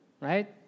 Right